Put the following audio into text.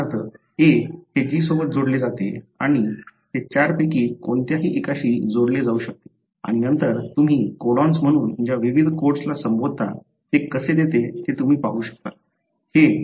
उदाहरणार्थ A हे G सोबत जोडले जाते आणि ते चारपैकी कोणत्याही एकाशी जोडले जाऊ शकते आणि नंतर तुम्ही कोडॉन्स म्हणून ज्या विविध कोड्सला संबोधता ते कसे देते हे तुम्ही पाहू शकता